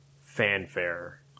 fanfare